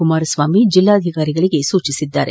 ಕುಮಾರಸ್ವಾಮಿ ಜಿಲ್ಲಾಧಿಕಾರಿಗಳಿಗೆ ಸೂಚಿಸಿದ್ದಾರೆ